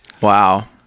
wow